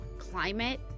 climate